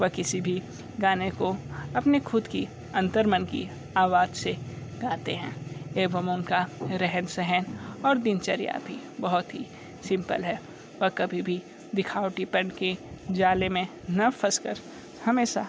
वह किसी भी गाने को अपने खुद की अंतर मन की आवाज़ से गाते हैं एवं उनका रहन सहन और दिनचर्या भी बहुत ही सिंपल है वह कभी भी दिखावटीपन के जाल में ना फंसकर हमेशा